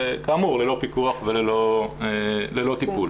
וכאמור ללא פיקוח וללא טיפול.